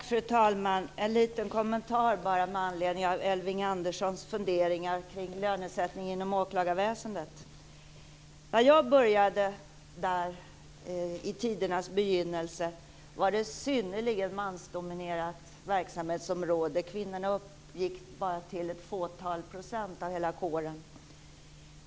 Fru talman! Jag har en liten kommentar med anledning av Elving Anderssons funderingar kring lönesättningen inom åklagarväsendet. När jag i tidernas begynnelse började inom åklagarväsendet var det ett synnerligen mansdominerat verksamhetsområde. Bara ett fåtal procent av hela kåren utgjordes av kvinnor.